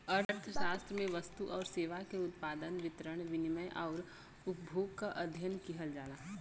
अर्थशास्त्र में वस्तु आउर सेवा के उत्पादन, वितरण, विनिमय आउर उपभोग क अध्ययन किहल जाला